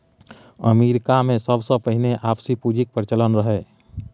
अमरीकामे सबसँ पहिने आपसी पुंजीक प्रचलन रहय